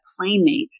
playmate